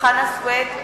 חנא סוייד,